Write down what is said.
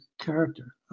character